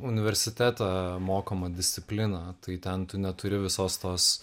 universitete mokoma disciplina tai ten tu neturi visos tos